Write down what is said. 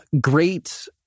great